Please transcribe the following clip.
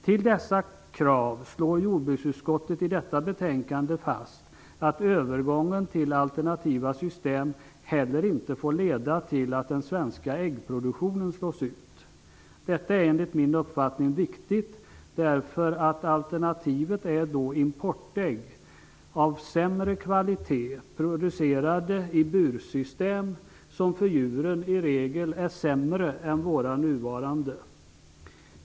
Utöver dessa krav slår jordbruksutskottet i detta betänkande fast att övergången till alternativa system inte heller får leda till att den svenska äggproduktionen slås ut. Detta är enligt min uppfattning viktigt, eftersom alternativet annars blir importägg av sämre kvalitet, producerade i bursystem som i regel är sämre för djuren än våra nuvarande bursystem.